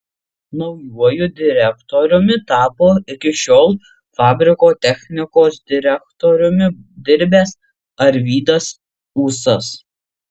naujuoju direktoriumi tapo iki šiol fabriko technikos direktoriumi dirbęs arvydas ūsas